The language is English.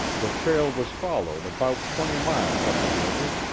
the trail was followed about twenty miles up the river,